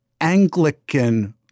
Anglican